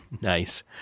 Nice